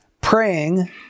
praying